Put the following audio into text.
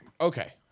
Okay